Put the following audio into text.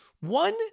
One